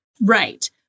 Right